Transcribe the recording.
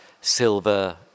silver